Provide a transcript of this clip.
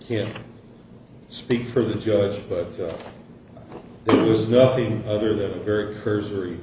can't speak for the judge but there's nothing other than a very cursory